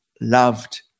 loved